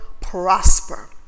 prosper